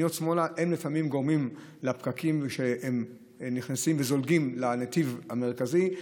הפניות שמאלה לפעמים גורמות לפקקים שזולגים לנתיב המרכזי,